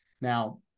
Now